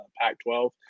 Pac-12